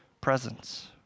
presence